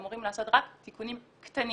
אמורים לעשות רק תיקונים קטנים.